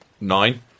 Nine